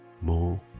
more